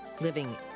Living